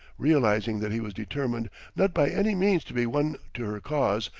realizing that he was determined not by any means to be won to her cause,